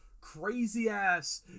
crazy-ass